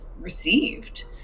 received